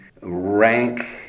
rank